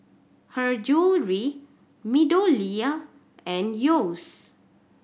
Her Jewellery MeadowLea and Yeo's